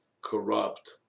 corrupt